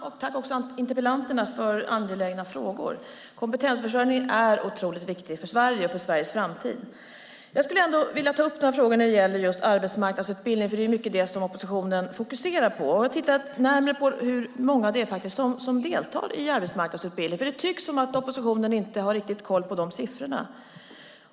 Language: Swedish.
Fru talman! Tack till interpellanterna för angelägna frågor! Kompetensförsörjningen är otroligt viktig för Sverige och Sveriges framtid. Jag skulle vilja ta upp några frågor när det gäller just arbetsmarknadsutbildning, för det är ju mycket det som oppositionen fokuserar på. Jag har tittat närmare på hur många som faktiskt deltar i arbetsmarknadsutbildning. Det tycks som att oppositionen inte har riktigt koll på de siffrorna.